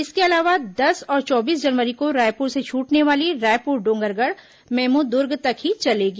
इसके अलावा दस और चौबीस जनवरी को रायपुर से छूटने वाली रायपुर डोंगरगढ़ मेमू दुर्ग तक ही चलेगी